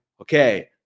okay